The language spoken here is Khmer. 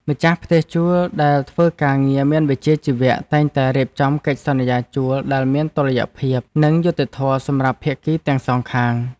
ម្ចាស់ផ្ទះជួលដែលធ្វើការងារមានវិជ្ជាជីវៈតែងតែរៀបចំកិច្ចសន្យាជួលដែលមានតុល្យភាពនិងយុត្តិធម៌សម្រាប់ភាគីទាំងសងខាង។